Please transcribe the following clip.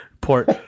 port